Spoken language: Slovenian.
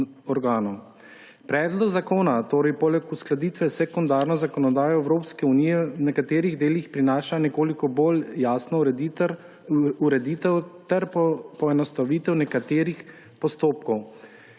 Predlog zakona poleg uskladitve s sekundarno zakonodajo Evropske unije v nekateri delih prinaša nekoliko bolj jasno ureditev ter poenostavitev nekaterih postopkov.